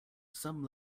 some